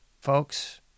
Folks